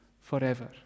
forever